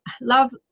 love